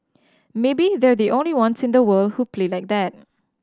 maybe they're the only ones in the world who play like that